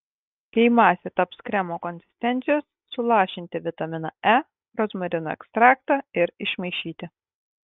kai masė taps kremo konsistencijos sulašinti vitaminą e rozmarinų ekstraktą ir išmaišyti